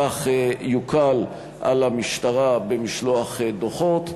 כך יוקל על המשטרה במשלוח דוחות,